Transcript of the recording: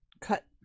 cut